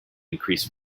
increase